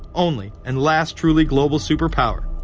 only and last truly global super-power.